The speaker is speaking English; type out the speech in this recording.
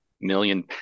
million